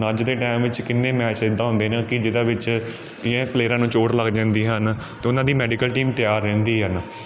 ਅੱਜ ਦੇ ਟਾਈਮ ਵਿੱਚ ਕਿੰਨੇ ਮੈਚ ਇੱਦਾਂ ਹੁੰਦੇ ਨੇ ਕਿ ਜਿਹਦਾ ਵਿੱਚ ਕੀ ਹੈ ਪਲੇਅਰਾਂ ਨੂੰ ਚੋਟ ਲੱਗ ਜਾਂਦੀ ਹਨ ਅਤੇ ਉਹਨਾਂ ਦੀ ਮੈਡੀਕਲ ਟੀਮ ਤਿਆਰ ਰਹਿੰਦੀ ਹਨ